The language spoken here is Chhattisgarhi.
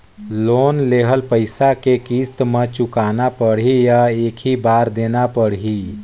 लोन लेहल पइसा के किस्त म चुकाना पढ़ही या एक ही बार देना पढ़ही?